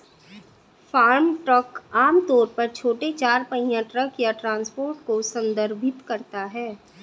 farm truck आम तौर पर छोटे चार पहिया ट्रक या ट्रांसपोर्टर को संदर्भित करता है